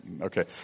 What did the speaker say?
Okay